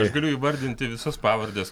aš galiu įvardinti visas pavardes